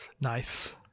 nice